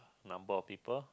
number of people